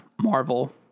Marvel